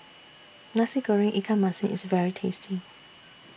Nasi Goreng Ikan Masin IS very tasty